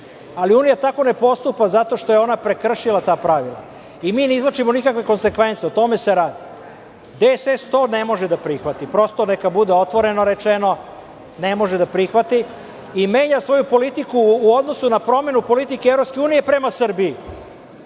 ali unija tako ne postupa zato što je ona prekršila ta pravila i mi ne izvlačimo nikakve konsekvence, o tome se radi. Demokratska stranka Srbije to ne može da prihvati. Prosto neka bude otvoreno rečeno - ne može da prihvati i menja svoju politiku u odnosu na promenu politike EU prema Srbiji.